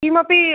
किमपि